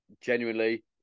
Genuinely